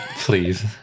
Please